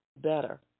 better